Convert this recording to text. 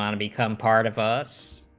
and become part of ah s.